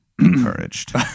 encouraged